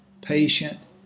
patient